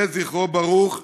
יהי זכרו ברוך.